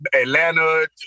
Atlanta